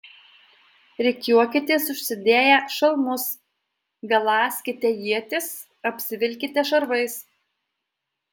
rikiuokitės užsidėję šalmus galąskite ietis apsivilkite šarvais